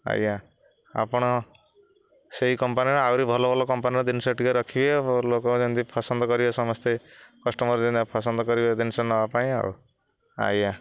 ଆଜ୍ଞା ଆପଣ ସେଇ କମ୍ପାନୀର ଆହୁରି ଭଲ ଭଲ କମ୍ପାନୀର ଜିନିଷ ଟିକେ ରଖିବେ ଆଉ ଲୋକ ଯେମିତି ପସନ୍ଦ କରିବେ ସମସ୍ତେ କଷ୍ଟମର ଯେମିତି ପସନ୍ଦ କରିବେ ଜିନିଷ ନେବା ପାଇଁ ଆଉ ଆଜ୍ଞା